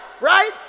Right